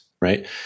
right